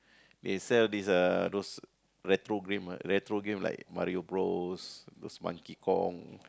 they sell this uh those retro game ah retro game like Mario-Bros those Monkey-Kong